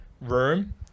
room